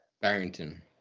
Barrington